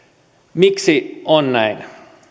miksi on näin